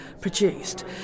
produced